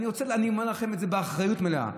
אני אומר לכם באחריות מלאה,